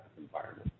environment